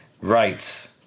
Right